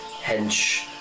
hench